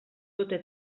dute